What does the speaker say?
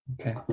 Okay